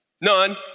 None